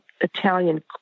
Italian